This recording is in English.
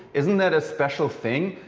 isn't that a special thing?